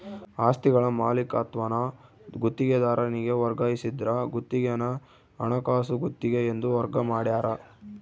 ಆಸ್ತಿಗಳ ಮಾಲೀಕತ್ವಾನ ಗುತ್ತಿಗೆದಾರನಿಗೆ ವರ್ಗಾಯಿಸಿದ್ರ ಗುತ್ತಿಗೆನ ಹಣಕಾಸು ಗುತ್ತಿಗೆ ಎಂದು ವರ್ಗ ಮಾಡ್ಯಾರ